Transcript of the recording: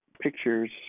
pictures